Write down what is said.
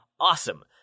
awesome